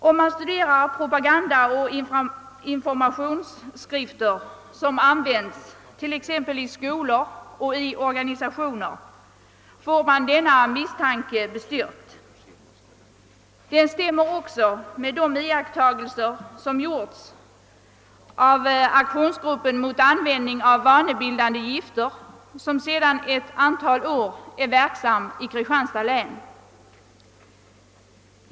Om man studerar propagandaoch informationsskrifter som används t.ex. i skolor och organisationer får man denna misstanke bestyrkt. Den stämmer också med de iakttagelser som gjorts av aktionsgruppen mot användning av vanebildande gifter, vilken sedan ett antal år är verksam i Kristianstads län.